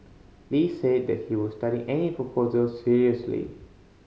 Lee said that he would study any proposal seriously